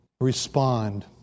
Respond